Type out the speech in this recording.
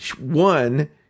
One